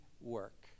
work